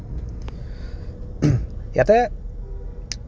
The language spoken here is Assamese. এটা